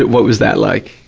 what was that like?